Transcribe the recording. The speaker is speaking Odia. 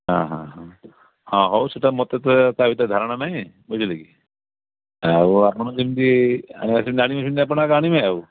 ହଁ ହଁ ହଁ ହଁ ହଉ ସେଇଟା ମୋତେ ତ ତା ଭିତରେ ଧାରଣା ନାହିଁ ବୁଝିଲେ କି ଆଉ ଆପଣ ଯେମିତି ଆଣିବା ସେମିତି ଆଣିବେ ସେମିତି ଆପଣ ଆକା ଆଣିବେ ଆଉ